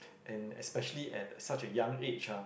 and especially at such a young age ah